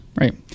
right